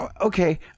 Okay